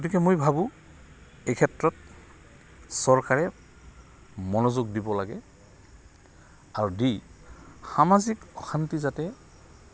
গতিকে মই ভাবোঁ এই ক্ষেত্ৰত চৰকাৰে মনোযোগ দিব লাগে আৰু দি সামাজিক অশান্তি যাতে